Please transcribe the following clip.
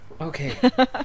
Okay